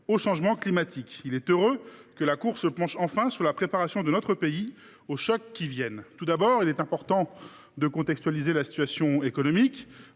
au changement climatique. Il est heureux que la Cour se penche enfin sur la préparation de notre pays aux chocs qui viennent. En préambule, il est important de contextualiser la situation économique